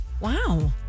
Wow